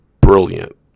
brilliant